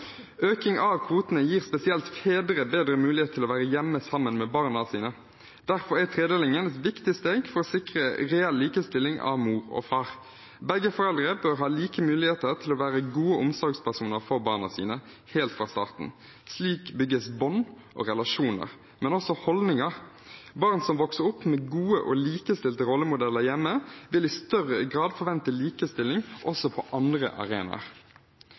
av kvotene gir spesielt fedre bedre mulighet til å være hjemme sammen med barna sine. Derfor er tredelingen et viktig steg for å sikre reell likestilling mellom mor og far. Begge foreldre bør ha like muligheter til å være gode omsorgspersoner for barna sine, helt fra starten. Slik bygges bånd og relasjoner, men også holdninger. Barn som vokser opp med gode og likestilte rollemodeller hjemme, vil i større grad forvente likestilling også på andre arenaer.